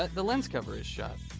ah the lens cover is shut.